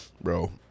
Bro